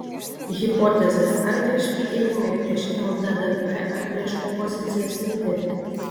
hipotezės arkliški ėjimai prieš lddp ar prieš opozicijos lyderį